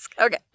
Okay